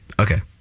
Okay